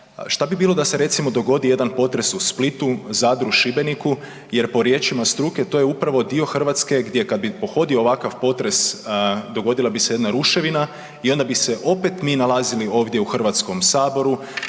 Šta bi bilo recimo da se dogodi jedan potres u Splitu, Zadru, Šibeniku jer po riječima struke to je upravo dio Hrvatske gdje kada bi pohodio ovakav potres dogodila bi se jedna ruševina i onda mi se opet mi nalazili ovdje u HS-u opet